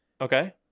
Okay